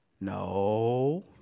No